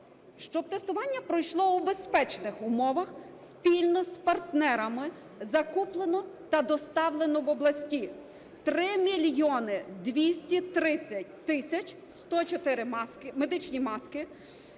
Щоб тестування пройшло у безпечних умовах, спільно з партнерами закуплено та доставлено в області 3 мільйони 230 тисяч 104 медичні маски,